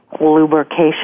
lubrication